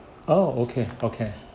oh okay okay